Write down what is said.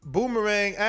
Boomerang